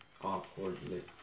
awkwardly